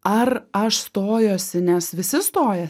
ar aš stojuosi nes visi stoja